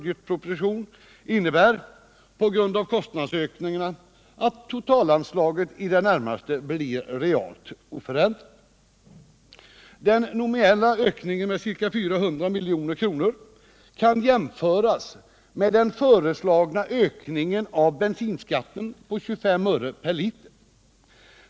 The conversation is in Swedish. grund av kostnadsökningarna att totalanslaget i det närmaste blir realt oförändrat. Den nominella ökningen med ca 400 milj.kr. kan jämföras med den föreslagna ökningen av bensinskatten med 25 öre per liter.